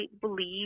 believe